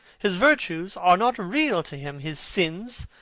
his virtues are not real to him. his sins,